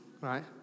right